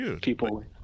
People